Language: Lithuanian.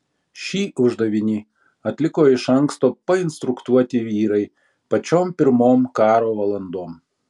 šį uždavinį atliko iš anksto painstruktuoti vyrai pačiom pirmom karo valandom